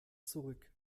zurück